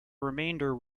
remainder